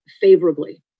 favorably